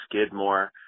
Skidmore